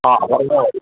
ആ പറഞ്ഞാൽ മതി